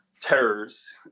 terrors